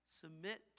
submit